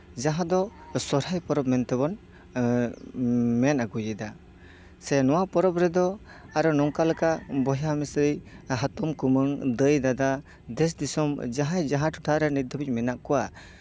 ᱡᱟᱦᱟᱸ ᱫᱚ ᱥᱚᱦᱨᱟᱭ ᱯᱚᱨᱚᱵᱽ ᱢᱮᱱᱛᱮ ᱵᱚᱱ ᱢᱮᱱ ᱟᱜᱩᱭᱮᱫᱟ ᱥᱮ ᱱᱚᱣᱟ ᱯᱚᱨᱚᱵᱽ ᱨᱮᱫᱚ ᱟᱨᱚ ᱱᱚᱝᱠᱟ ᱞᱮᱠᱟ ᱵᱚᱭᱦᱟ ᱢᱤᱥᱤ ᱦᱟᱛᱚᱢᱼᱠᱩᱢᱟᱹᱝ ᱫᱟᱹᱭᱼᱫᱟᱫᱟ ᱫᱮᱥᱼᱫᱤᱥᱚᱢ ᱡᱟᱦᱟᱸᱭ ᱡᱟᱦᱟᱸ ᱴᱚᱴᱷᱟᱨᱮ ᱱᱤᱛ ᱫᱷᱟᱵᱤᱡ ᱢᱮᱱᱟᱜ ᱠᱚᱣᱟ